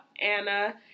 Anna